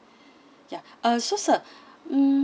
ya uh so sir mm